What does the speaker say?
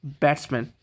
batsman